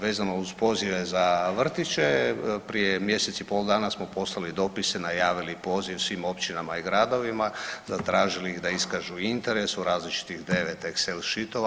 Vezano uz pozive za vrtiće prije mjesec i pol dana smo poslali dopise i najavili poziv svim općinama i gradovima, zatražili ih da iskažu interes u različitih 9 Excel šitova.